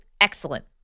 excellent